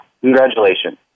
Congratulations